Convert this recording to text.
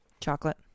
Chocolate